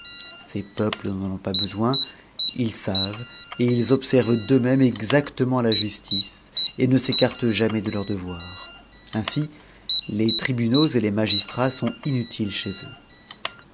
ses peuples n'en oth pas besoin ils savent et ils observent d'eux-mêmes exactement la justice et ne s'écartent jamais de leur devoir ainsi les tribunaux et les mag trats sont inutiles chez eux